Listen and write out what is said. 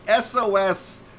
SOS